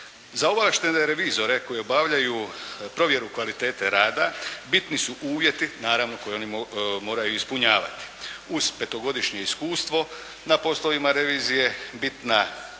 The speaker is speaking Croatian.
Za ovlaštene revizore koji obavljaju provjeru kvalitete rada bitni su uvjeti, naravno koje oni moraju ispunjavati uz petogodišnje iskustvo na poslovima revizije. Bitna